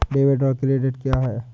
Debit और credit क्या है?